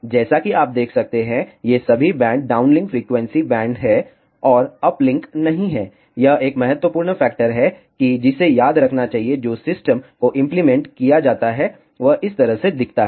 जैसा कि आप देख सकते हैं ये सभी बैंड डाउनलिंक फ़्रीक्वेंसी बैंड हैं और अपलिंक नहीं हैं यह एक महत्वपूर्ण फैक्टर है कि जिसे याद रखना चाहिए जो सिस्टम को इंप्लीमेंट किया जाता है वह इस तरह दिखता है